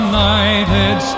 United